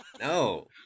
No